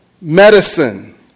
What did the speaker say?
medicine